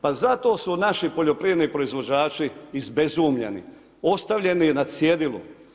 Pa zato su naši poljoprivredni proizvođači izbezumljeni, ostavljeni na cjedilu.